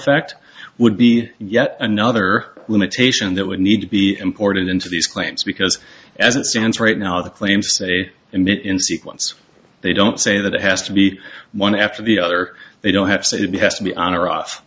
effect would be yet another limitation that would need to be imported into these claims because as it stands right now the claims say in sequence they don't say that it has to be one after the other they don't have said it has to be on or off